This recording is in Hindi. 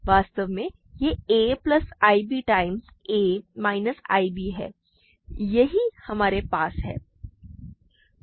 वास्तव में यह a plus i b times a minus i b है यही हमारे पास है